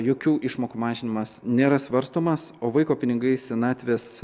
jokių išmokų mažinimas nėra svarstomas o vaiko pinigai senatvės